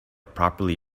properly